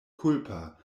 kulpa